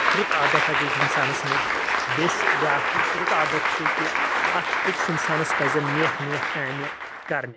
رُت عادت اکہِ أکۍ انسانس منٛز بِس بیٚاکھ یُس رُت عادت چھُ کہِ اکھ أکِس انسانس پزَن نیک نیک کامہِ کرنہِ